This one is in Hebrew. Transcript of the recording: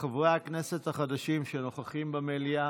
לחברי הכנסת החדשים שנוכחים במליאה,